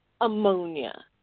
ammonia